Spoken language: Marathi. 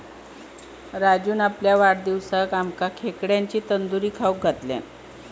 राजून आपल्या वाढदिवसाक आमका खेकड्यांची तंदूरी खाऊक घातल्यान